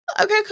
okay